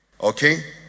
Okay